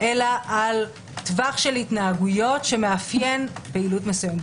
אלא על טווח של התנהגויות שמאפיין פעילות מסוימת.